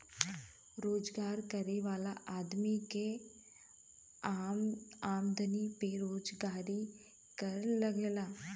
रोजगार करे वाला आदमी के आमदमी पे रोजगारी कर लगला